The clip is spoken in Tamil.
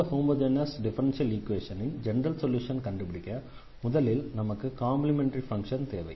இந்த ஹோமொஜெனஸ் டிஃபரன்ஷியல் ஈக்வேஷனின் ஜெனரல் சொல்யூஷனை கண்டுபிடிக்க முதலில் நமக்கு காம்ப்ளிமெண்டரி ஃபங்ஷன் தேவை